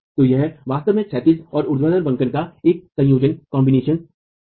तो यह वास्तव में क्षैतिज और ऊर्ध्वाधर बंकन का एक संयोजन है